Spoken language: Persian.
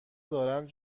دارند